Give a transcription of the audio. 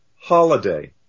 holiday